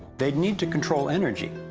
they need to control energy.